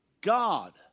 God